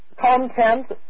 Content